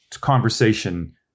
conversation